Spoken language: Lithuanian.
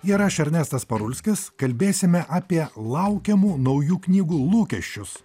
ir aš ernestas parulskis kalbėsime apie laukiamų naujų knygų lūkesčius